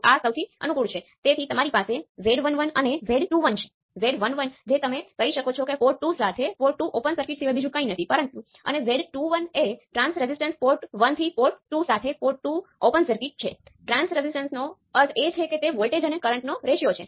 તમારે આ અનુમાન લગાવવું જોઈએ કારણ કે z પેરામિટર મેટ્રિક્સ બે રો સમાન છે